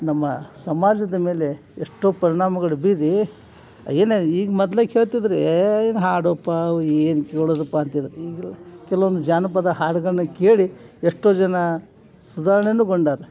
ನಮ್ಮ ಸಮಾಜದ ಮೇಲೆ ಎಷ್ಟೋ ಪರಿಣಾಮಗಳು ಬೀರಿ ಏನೇ ಈಗ ಮೊದ್ಲೇ ಕೇಳ್ತಿದ್ರು ಏನು ಹಾಡಪ್ಪ ಅವ ಏನು ಕೇಳೋದಪ್ಪ ಅಂತಿದ್ರು ಈಗಲೂ ಕೆಲವೊಂದು ಜಾನಪದ ಹಾಡುಗಳನ್ನ ಕೇಳಿ ಎಷ್ಟೋ ಜನ ಸುಧಾರಣೆನು ಗೊಂಡಾರ